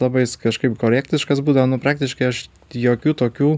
labai jis kažkaip korektiškas būdavo nu praktiškai aš jokių tokių